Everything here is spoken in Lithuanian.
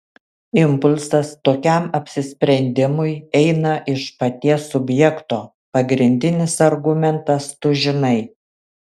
impulsas tokiam apsisprendimui eina iš paties subjekto pagrindinis argumentas tu žinai